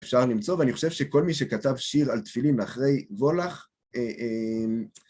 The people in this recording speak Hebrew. אפשר למצוא, ואני חושב שכל מי שכתב שיר על תפילים אחרי וולאך,